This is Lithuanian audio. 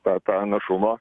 tą tą našumą